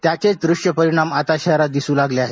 त्याचेच दृश्य परिणाम आता शहरात दिसू लागले आहेत